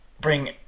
bring